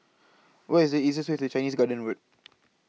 What IS The easiest Way to Chinese Garden Road